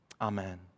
Amen